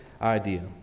idea